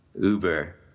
Uber